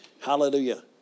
Hallelujah